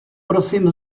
prosím